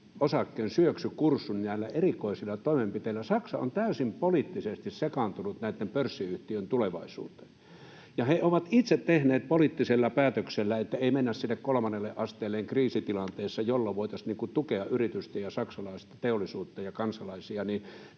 osakkeen syöksykurssin näillä erikoisilla toimenpiteillä. Saksa on täysin poliittisesti sekaantunut näitten pörssiyhtiöiden tulevaisuuteen. He ovat itse tehneet poliittisella päätöksellä sen, että ei mennä kriisitilanteessa sinne kolmannelle asteelle, jolloin voitaisiin tukea yritystä ja saksalaista teollisuutta ja kansalaisia.